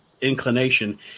inclination